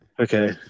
Okay